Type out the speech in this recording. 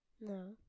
No